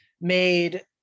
made